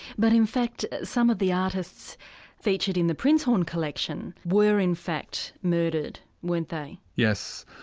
but in fact some of the artists featured in the prinzhorn collection were in fact murdered, weren't they. yes,